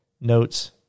notes